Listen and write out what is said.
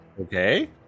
Okay